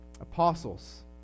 Apostles